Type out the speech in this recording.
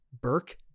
Burke